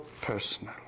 personal